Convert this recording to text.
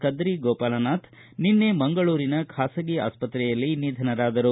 ಕದ್ರಿ ಗೋಪಾಲನಾಥ್ ನಿನ್ನೆ ಮಂಗಳೂರಿನ ಖಾಸಗಿ ಆಸ್ಪತ್ರೆಯಲ್ಲಿ ನಿಧನರಾದರು